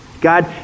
God